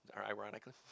ironically